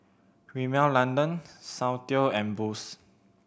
Rimmel London Soundteoh and Boost